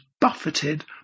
buffeted